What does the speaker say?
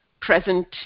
present